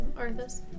Arthas